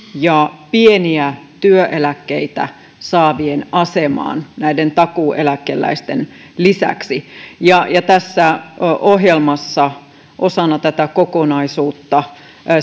ja pieniä työeläkkeitä saavien asemaan näiden takuueläkeläisten lisäksi ja ja tässä ohjelmassa osana tätä kokonaisuutta